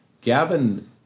Gavin